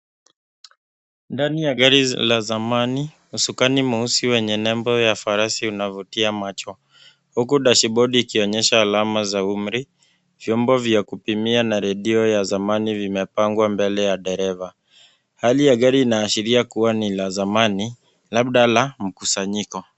Ndani ya gari la zamani usukani mweusi wenye nembo ya farasi unaofutia macho huku dash bodi ikionyesha alama za umri vyombo vya kupimia vya zamani vimepangwa mbele ya dereva. Hali ya gari inaashiria kuwa ni la zamani labda la mkusanyiko.